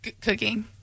Cooking